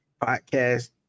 podcast